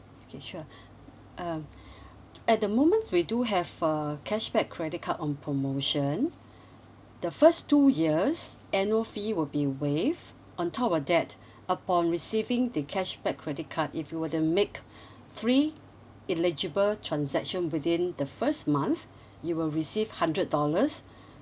okay sure um at the moment we do have a cashback credit card on promotion the first two years annual fee will be waived on top of that upon receiving the cashback credit card if you were to make three eligible transaction within the first month you will receive hundred dollars